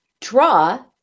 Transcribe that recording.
draw